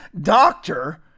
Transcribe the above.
doctor